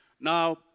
Now